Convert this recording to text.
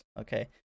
okay